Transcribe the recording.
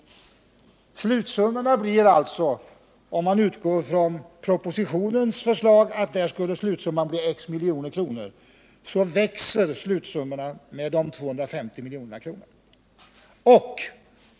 Man kan utgå från att slutsumman blir x miljoner enligt propositionens förslag. Den slutsumman växer med de 250 miljonerna.